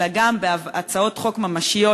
אלא גם בהצעות חוק ממשיות,